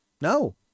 No